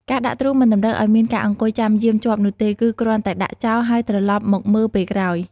ការដាក់ទ្រូ មិនតម្រូវឲ្យមានការអង្គុយចាំយាមជាប់នោះទេ គឺគ្រាន់តែដាក់ចោលហើយត្រឡប់មកមើលពេលក្រោយ។